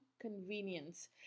convenience